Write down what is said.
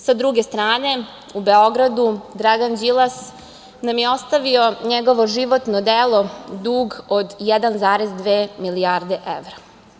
Sa druge strane, u Beogradu nam je Dragan Đilas ostavio njegovo životno delo – dug od 1,2 milijarde evra.